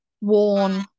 worn